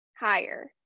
higher